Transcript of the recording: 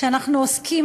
שאנחנו עוסקים,